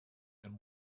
and